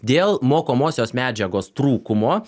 dėl mokomosios medžiagos trūkumo